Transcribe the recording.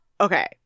Okay